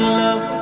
love